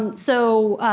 um so